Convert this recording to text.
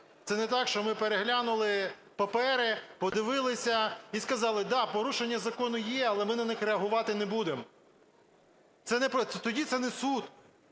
Це не так, що ми переглянули папери, подивились і сказали: да, порушення закону є, але ми на них реагувати не будемо. Тоді це не суд.